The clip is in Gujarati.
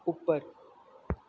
ઉપર